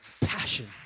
Passion